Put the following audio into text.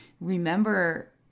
remember